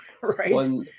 Right